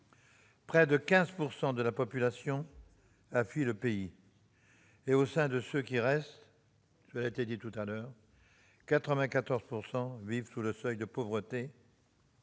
Près de 15 % de la population a fui le pays ... Au sein de ceux qui restent, cela a été dit, 94 % vivent sous le seuil de pauvreté